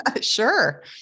Sure